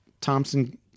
Thompson